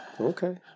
Okay